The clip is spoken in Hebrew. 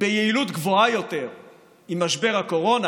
ביעילות גבוהה יותר עם משבר הקורונה,